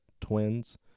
twins